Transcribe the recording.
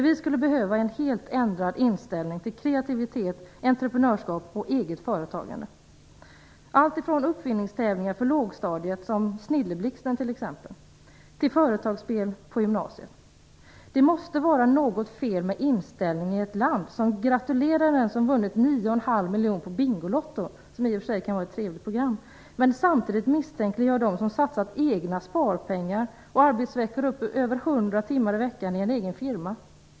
Vi skulle behöva en helt ändrad inställning till kreativitet, entreprenörskap och eget företagande. Det kan vara alltifrån uppfinningstävlingar för lågstadiet som Snilleblixten t.ex. till företagsspel på gymnasiet. Det måste vara något fel med inställningen i ett land som gratulerar den som vunnit 9,5 miljoner på Bingolotto - det kan i och för sig vara ett trevligt program - och samtidigt misstänkliggör dem som har satsat egna sparpengar och arbetsveckor på över 100 timmar i en egen firma.